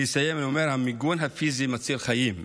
אני אסיים ואומר: המיגון הפיזי מציל חיים,